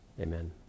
Amen